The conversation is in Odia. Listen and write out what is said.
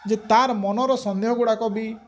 ଯେ ତାର୍ ମନର ସନ୍ଦେହ ଗୁଡ଼ାକ ବି